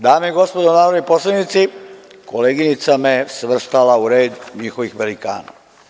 Dame i gospodo narodni poslanici, koleginica me je svrstala u red njihovih velikana.